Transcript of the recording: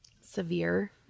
severe